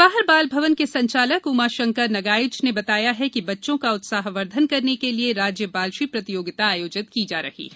जवाहर बाल भवन के संचालक उमाशंकर नगाइच ने बताया कि बच्चों का उत्साह वर्धन करने के लिए राज्य बालश्री प्रतियोगिता आयोजित की जा रही है